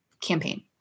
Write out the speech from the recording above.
campaign